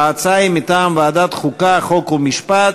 ההצעה היא מטעם ועדת החוקה, חוק ומשפט.